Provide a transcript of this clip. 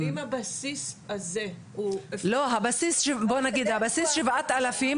בוא נגיד הבסיס 7,000,